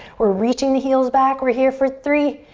we're reaching the heels back. we're here for three,